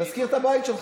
תשכיר את הבית שלך.